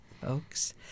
folks